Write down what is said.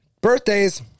Birthdays